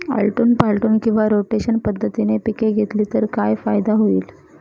आलटून पालटून किंवा रोटेशन पद्धतीने पिके घेतली तर काय फायदा होईल?